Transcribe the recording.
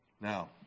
Now